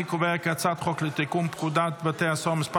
אני קובע כי הצעת חוק לתיקון פקודת בתי הסוהר (מס'